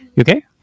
okay